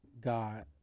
God